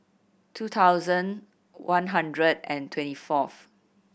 two thousand one hundred and twenty fourth